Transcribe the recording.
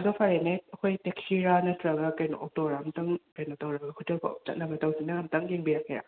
ꯑꯗꯣ ꯐꯔꯦꯅꯦ ꯑꯈꯣꯏ ꯇꯦꯛꯁꯤꯔꯥ ꯅꯠꯇ꯭ꯔꯒ ꯀꯩꯅꯣ ꯑꯣꯇꯣꯔꯥ ꯑꯝꯇꯪ ꯀꯩꯅꯣ ꯇꯧꯔꯒ ꯍꯣꯇꯦꯜꯐꯥꯎ ꯆꯠꯅꯕ ꯇꯧ ꯅꯪ ꯑꯝꯇꯪ ꯌꯦꯡꯕꯤꯔꯛꯀꯦꯔꯥ